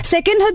Second